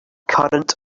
current